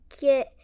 get